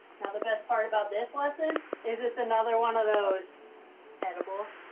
now, the best part about this lesson is it's another one of those edible